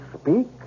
speak